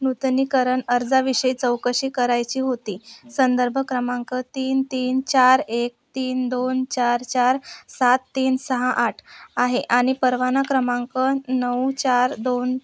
नूतनीकरण अर्जाविषयी चौकशी करायची होती संदर्भ क्रमांक तीन तीन चार एक तीन दोन चार चार सात तीन सहा आठ आहे आणि परवाना क्रमांक नऊ चार दोन